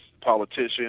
politician